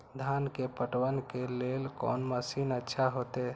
धान के पटवन के लेल कोन मशीन अच्छा होते?